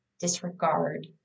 disregard